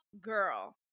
girl